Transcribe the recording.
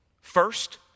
first